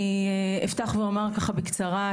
אפתח ואומר בקצרה,